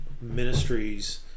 ministries